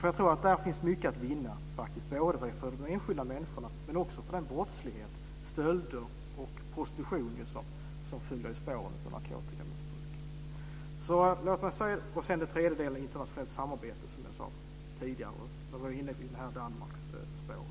Jag tror att det finns mycket att vinna på det, både för enskilda människor och när det gäller att bekämpa den brottslighet - stölder och prostitution - som är en följd av narkotikamissbruk. Internationellt samarbete är också en väg, som jag sade tidigare när jag nämnde Danmark.